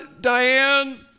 Diane